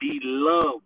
beloved